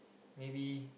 maybe